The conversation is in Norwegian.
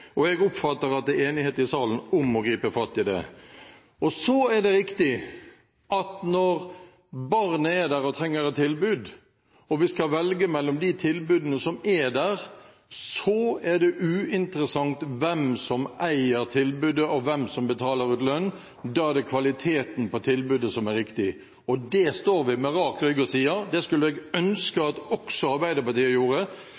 Jeg oppfatter det slik at det er enighet i salen om å gripe fatt i det. Så er det riktig at når barnet er der, trenger et tilbud, og man skal velge mellom de tilbudene som er, så er det uinteressant hvem som eier tilbudet, og hvem som betaler ut lønn. Det er kvaliteten på tilbudet som er viktig. Det står vi med rak rygg og sier. Det skulle jeg ønske at også Arbeiderpartiet gjorde,